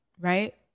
right